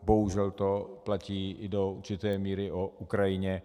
Bohužel to platí do určité míry i o Ukrajině.